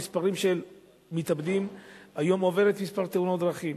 מספר המתאבדים עובר את מספר ההרוגים בתאונות דרכים.